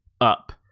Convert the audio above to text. up